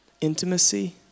intimacy